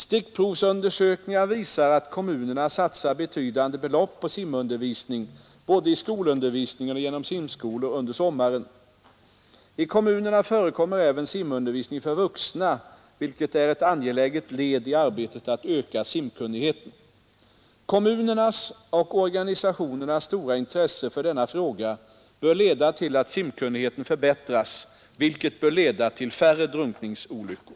Stickprovsundersökningar visar att kommunerna satsar betydande belopp på simundervisning både i skolundervisningen och genom simskolor under sommaren. I kommunerna förekommer även simundervisning för vuxna, vilket är ett angeläget led i arbetet att öka simkunnigheten. Kommunernas och organisationernas stora intresse för denna fråga bör leda till att simkunnigheten förbättras, vilket bör leda till färre drunkningsolyckor.